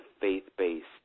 faith-based